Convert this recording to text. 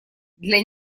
для